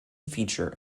feature